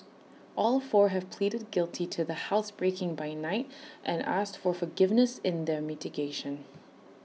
all four have pleaded guilty to the housebreaking by night and asked for forgiveness in their mitigation